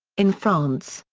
in france,